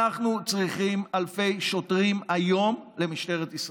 אנחנו צריכים אלפי שוטרים היום למשטרת ישראל.